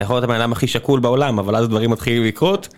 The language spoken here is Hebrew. יכול להיות הבן אדם הכי שקול בעולם, אבל אז דברים מתחילים לקרות.